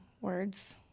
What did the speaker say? Words